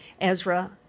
Ezra